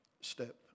step